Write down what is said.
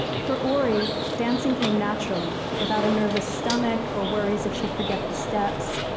for ori, dancing came naturally, without a nervous stomach or worries if she'd forget the steps.